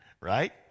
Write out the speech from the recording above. right